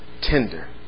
tender